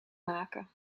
maken